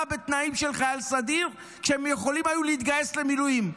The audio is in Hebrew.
בתנאים של חייל סדיר כשהם יכולים היו להתגייס למילואים.